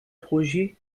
projet